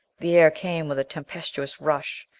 the air came with a tempestuous rush.